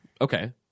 Okay